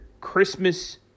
Christmas